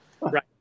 Right